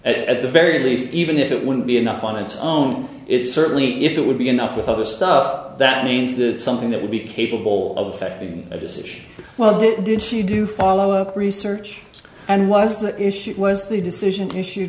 at the very least even if it wouldn't be enough on its own it certainly if it would be enough with other stuff that means that something that would be capable of affecting a decision well do it did she do follow up research and was the issue was the decision to